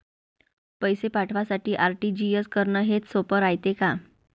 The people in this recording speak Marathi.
पैसे पाठवासाठी आर.टी.जी.एस करन हेच सोप रायते का?